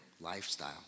lifestyle